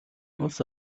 улс